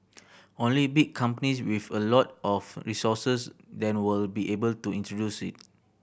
only big companies with a lot of resources then will be able to introduce it